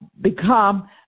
become